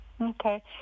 Okay